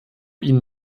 ihnen